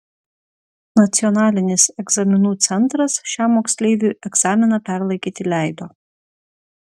nacionalinis egzaminų centras šiam moksleiviui egzaminą perlaikyti leido